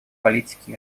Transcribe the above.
политики